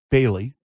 Bailey